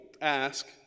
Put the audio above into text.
ask